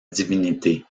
divinité